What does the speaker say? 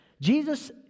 Jesus